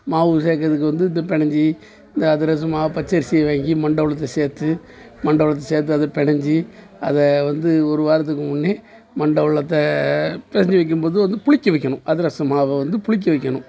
மாவு சேர்க்கறதுக்கு வந்து இது பினஞ்சி இந்த அதிரச மாவு பச்சரிசி வை மண்டை வெல்லத்தை சேர்த்து மண்டை வெல்லத்தை சேர்த்து அதை பினஞ்சி அதை வந்து ஒரு வாரத்துக்கு முன்னையே மண்டை வெல்லத்தை பிசஞ்சி வைக்கும்போது வந்து புளிக்க வைக்கணும் அதிரச மாவை வந்து புளிக்க வைக்கணும்